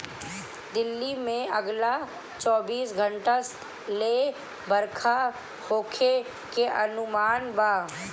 दिल्ली में अगला चौबीस घंटा ले बरखा होखे के अनुमान बा